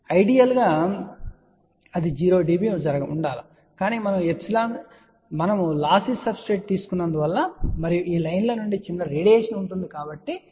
ఐడియల్గా ఇది 0 dB జరగాలి కాని మనము లాస్సీ సబ్స్ట్రెట్ తీసుకున్నందున మరియు ఈ లైన్ ల నుండి చిన్న రేడియేషన్ ఉంటుంది కాబట్టి ఇది సుమారు 0